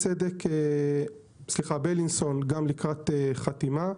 בלינסון גם לקראת חתימה.